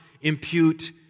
impute